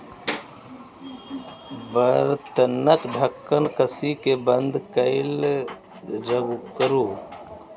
बर्तनक ढक्कन कसि कें बंद कैल करू